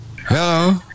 Hello